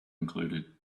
included